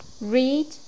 Read